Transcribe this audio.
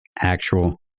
Actual